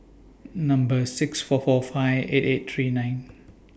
Number six four four five eight eight three nine